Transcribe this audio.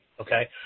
okay